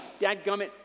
dadgummit